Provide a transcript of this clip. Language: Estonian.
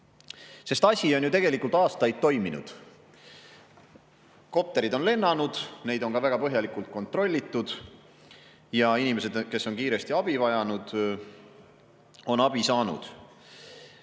käes. Asi on ju tegelikult aastaid toiminud: kopterid on lennanud, neid on ka väga põhjalikult kontrollitud, ja inimesed, kes on kiiresti abi vajanud, on abi saanud. See,